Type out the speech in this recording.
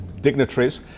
dignitaries